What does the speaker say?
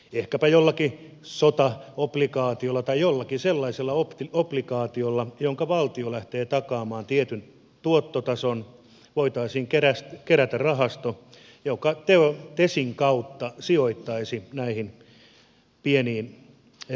ehkäpä jollakin sotaobligaatiolla tai jollakin sellaisella obligaatiolla jossa valtio lähtee takaamaan tietyn tuottotason voitaisiin kerätä rahasto joka tesin kautta sijoittaisi näihin pieniin ja keskisuuriin kasvuyrityksiin